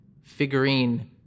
figurine